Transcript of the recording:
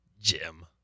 Jim